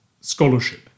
scholarship